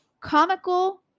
comical